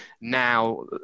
Now